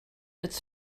its